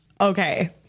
Okay